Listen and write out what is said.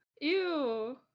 Ew